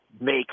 make